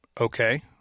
Okay